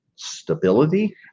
stability